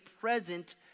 present